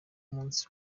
munsi